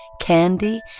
candy